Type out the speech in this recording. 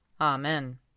Amen